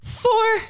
four